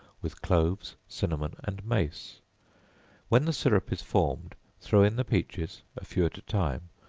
with cloves, cinnamon and mace when the syrup is formed, throw in the peaches, a few at a time,